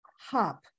hop